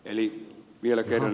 eli vielä kerran